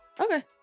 okay